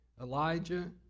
Elijah